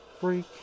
Freak